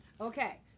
Okay